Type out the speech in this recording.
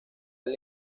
del